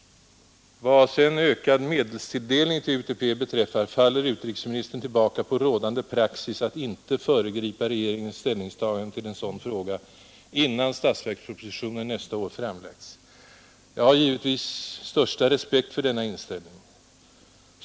Vad sedan ökad medelstilldelning till UTP beträffar faller utrikesministern tillbaka på rådande praxis att inte föregripa regeringens ställningstagande till en sådan fråga innan statsverkspropositionen för nästa år framlagts. Jag respekterar givetvis denna inställning.